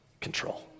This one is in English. control